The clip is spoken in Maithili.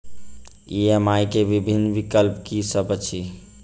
ई.एम.आई केँ विभिन्न विकल्प की सब अछि